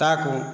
ତାକୁ